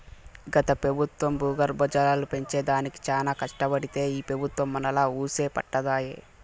గత పెబుత్వం భూగర్భ జలాలు పెంచే దానికి చానా కట్టబడితే ఈ పెబుత్వం మనాలా వూసే పట్టదాయె